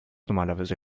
normalerweise